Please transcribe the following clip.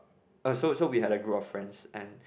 a so so we had a group of friends and